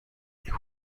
where